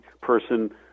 person